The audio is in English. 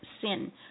sin